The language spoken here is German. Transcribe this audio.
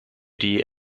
die